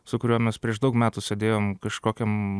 su kuriuo mes prieš daug metų sėdėjom kažkokiam